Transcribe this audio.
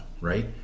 right